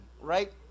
right